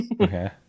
Okay